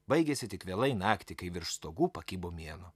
baigėsi tik vėlai naktį kai virš stogų pakibo mėnuo